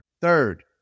third